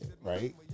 Right